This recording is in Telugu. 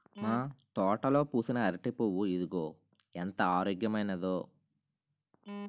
మా తోటలో పూసిన అరిటి పువ్వు ఇదిగో ఎంత ఆరోగ్యమైనదో